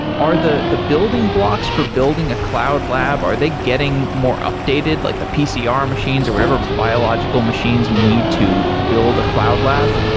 are the the building blocks for building a cloud lab, are they getting more updated, like the pcr machines or whatever biological machines you need to build a cloud lab?